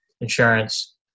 insurance